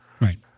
Right